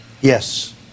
yes